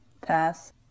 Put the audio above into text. pass